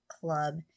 club